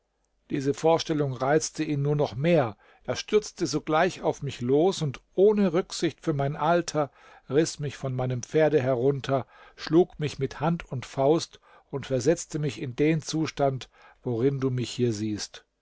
diese vorstellung reizte ihn nur noch mehr er stürzte sogleich auf mich los und ohne rücksicht für mein alter riß mich von meinem pferde herunter schlug mich mit hand und faust und versetzte mich in den zustand worin du mich hier siehst